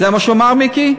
זה מה שהוא אמר, מיקי?